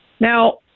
Now